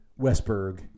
Westberg